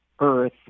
Earth